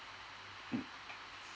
mm